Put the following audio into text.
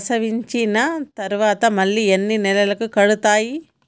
ప్రసవించిన తర్వాత మళ్ళీ ఎన్ని నెలలకు కడతాయి?